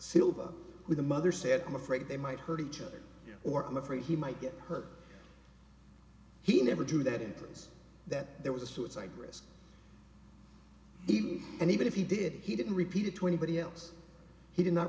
silva with a mother said i'm afraid they might hurt each other or i'm afraid he might get hurt he never do that inference that there was a suicide risk eat and even if he did he didn't repeated twenty body else he did not